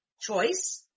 choice